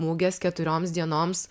mugės keturioms dienoms